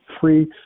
free